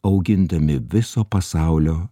augindami viso pasaulio